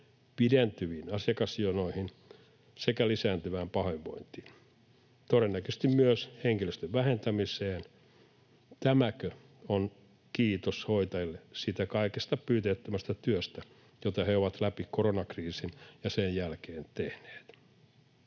pidentyviin asiakasjonoihin sekä lisääntyvään pahoinvointiin, todennäköisesti myös henkilöstön vähentämiseen. Tämäkö on kiitos hoitajille siitä kaikesta pyyteettömästä työstä, jota he ovat läpi koronakriisin ja sen jälkeen tehneet?